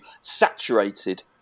saturated